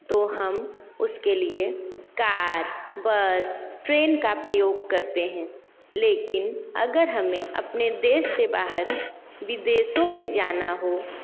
तो हम उसके लिए कार बस ट्रेन का प्रयोग करते हैं लेकिन अगर हमें अपने देश से बाहर विदेशों में जाना हो